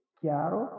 chiaro